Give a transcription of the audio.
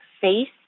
face